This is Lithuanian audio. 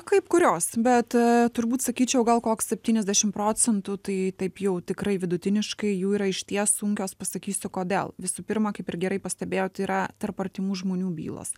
kaip kurios bet a turbūt sakyčiau gal koks septyniasdešim procentų tai taip jau tikrai vidutiniškai jų yra išties sunkios pasakysiu kodėl visų pirma kaip ir gerai pastebėjot yra tarp artimų žmonių bylos